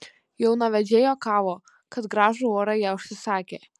jaunavedžiai juokavo kad gražų orą jie užsisakę